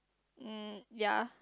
mm ya